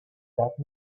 that